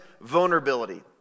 vulnerability